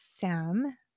Sam